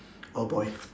oh boy